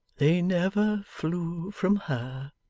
they never flew from her